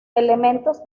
elementos